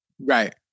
Right